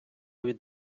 від